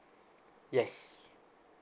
yes